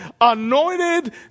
Anointed